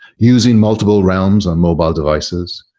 using multiple realms on mobile devices,